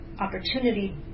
opportunity